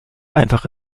einfach